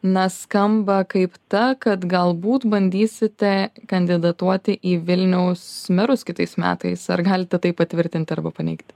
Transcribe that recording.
na skamba kaip ta kad galbūt bandysite kandidatuoti į vilniaus merus kitais metais ar galite tai patvirtinti arba paneigti